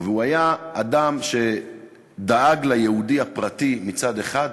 הוא היה אדם שדאג ליהודי הפרטי מצד אחד,